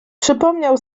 przypomniał